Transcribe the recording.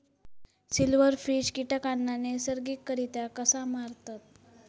Silverfish कीटकांना नैसर्गिकरित्या कसा मारतत?